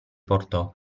portò